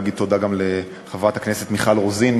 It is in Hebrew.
להגיד תודה לחברת הכנסת מיכל רוזין,